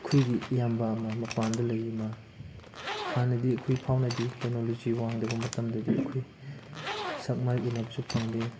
ꯑꯩꯈꯣꯏꯒꯤ ꯏꯌꯥꯝꯕ ꯑꯃ ꯃꯄꯥꯟꯗ ꯂꯩꯌꯦ ꯃꯥ ꯍꯥꯟꯅꯗꯤ ꯑꯩꯈꯣꯏ ꯐꯥꯎꯅꯗꯦ ꯇꯦꯛꯅꯣꯂꯣꯖꯤ ꯋꯥꯡꯗꯕ ꯃꯇꯝꯗꯗꯤ ꯑꯩꯈꯣꯏ ꯁꯛ ꯃꯥꯏ ꯎꯟꯅꯕꯁꯨ ꯐꯪꯗꯦ